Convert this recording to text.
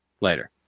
later